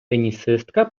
тенісистка